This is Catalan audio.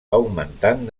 augmentant